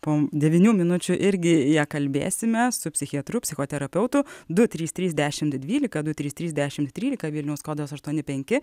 po devynių minučių irgi ja kalbėsime su psichiatru psichoterapeutu du trys trys dešimt dvylika du trys trys dešimt trylika vilniaus kodas aštuoni penki